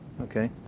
Okay